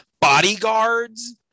bodyguards